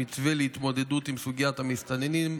"מתווה להתמודדות עם סוגיית המסתננים",